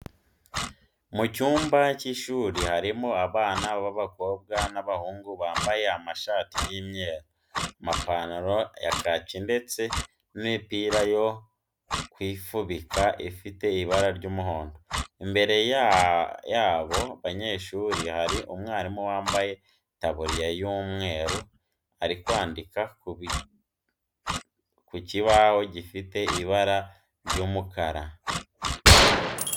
Mu cyumba cy'ishuri harimo abana b'abakobwa n'ab'abahungu bambaye amashati y'imyeru, amapantaro ya kaki ndetse n'imipira yo kwifubika ifite ibara ry'umuhondo. Imbere y'aba banyeshuri hari umwarimu wambaye itaburiya y'umweru ari kwandika ku kibaho gifite ibara ry'umukara